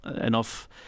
enough